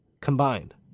combined